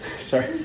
sorry